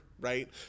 right